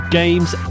games